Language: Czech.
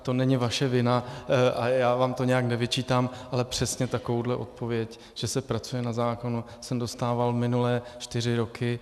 To není vaše vina a nijak vám to nevyčítám, ale přesně takovou odpověď, že se pracuje na zákonu, jsem dostával minulé čtyři roky.